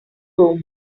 room